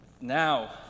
now